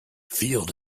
field